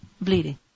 bleeding